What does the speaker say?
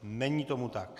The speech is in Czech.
Není tomu tak.